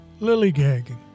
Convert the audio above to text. lilygagging